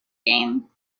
game